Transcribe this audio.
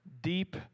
deep